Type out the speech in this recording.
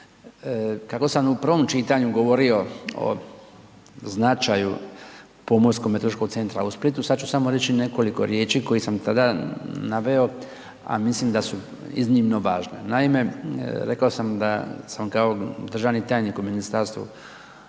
Kako sam u prvom čitanju govorio o značaju, Pomorsko meteorološkog centra u Splitu sada ću samo reći nekoliko riječ koje sam tada naveo a mislim da su iznimno važne. Naime, rekao sam da sam kao državni tajnik u Ministarstvu